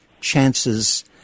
chances